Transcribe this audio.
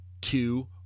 two